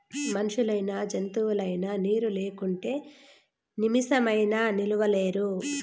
మనుషులైనా జంతువులైనా నీరు లేకుంటే నిమిసమైనా నిలువలేరు